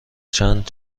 چند